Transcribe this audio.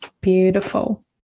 Beautiful